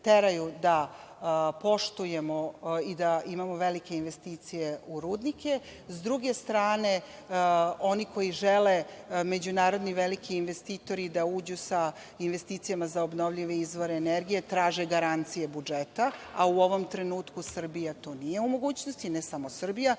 da poštujemo i da imamo velike investicije u rudnike. S druge strane oni koji žele međunarodni veliki investitori da uđu sa investicijama za obnovljive izvore energije traže garancije budžeta, a u ovom trenutku Srbija to nije u mogućnosti, ne samo Srbija,